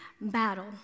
battle